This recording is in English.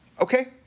okay